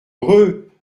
heureux